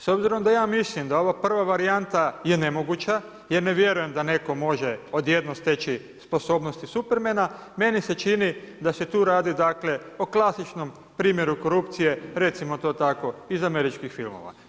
S obzirom da ja mislim da ova prva varijanta je nemoguća, ja ne vjerujem da netko može odjednom steći sposobnosti Supermana, meni se čini da se tu radi o klasičnom primjeru korupcije, recimo to tako iz američkih filmova.